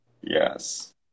Yes